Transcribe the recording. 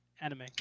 anime